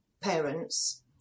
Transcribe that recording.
parents